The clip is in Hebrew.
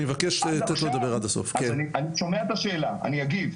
אני שומע את השאלה אני אגיב,